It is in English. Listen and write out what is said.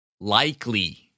Likely